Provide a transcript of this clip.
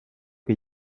que